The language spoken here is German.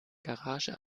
garage